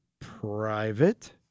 private